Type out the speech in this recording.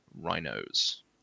rhinos